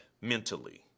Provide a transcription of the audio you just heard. mentally